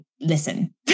listen